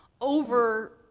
over